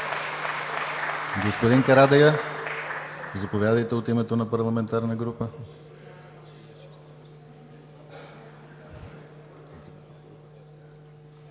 Господин Карадайъ, заповядайте от името на парламентарна група.